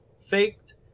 faked